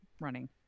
running